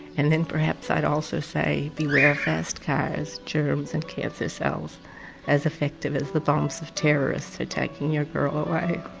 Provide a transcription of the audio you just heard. and then perhaps i'd also say, beware fast cars, germs and cancer cells as effective as the bombs of terrorists at taking your girl away.